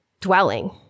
dwelling